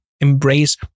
Embrace